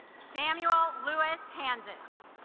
samuel louis kansas